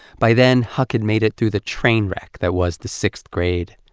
by then huck had made it through the train wreck that was the sixth grade.